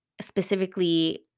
specifically